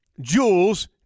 Jules